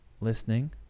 listening